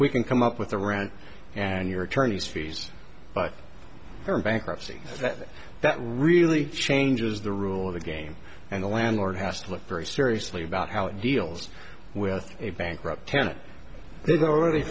we can come up with the rent and your attorney's fees but they're in bankruptcy that that really changes the rule of the game and the landlord has to look very seriously about how it deals with a bankrupt tenant they've already